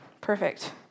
Perfect